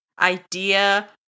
idea